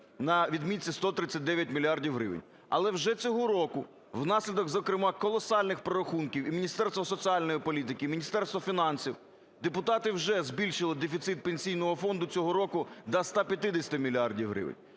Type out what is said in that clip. на відмітці 139 мільярдів гривень, але вже цього року внаслідок, зокрема, колосальних прорахунків і Міністерства соціальної політики, і Міністерства фінансів депутати вже збільшили дефіцит Пенсійного фонду цього року до 150 мільярдів